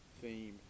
theme